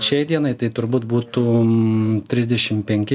šiai dienai tai turbūt būtum trisdešim penki